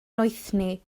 noethni